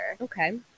Okay